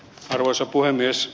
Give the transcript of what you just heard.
arvoisa puhemies